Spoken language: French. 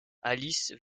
alice